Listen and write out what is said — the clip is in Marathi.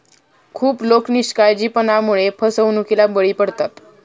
खूप लोक निष्काळजीपणामुळे फसवणुकीला बळी पडतात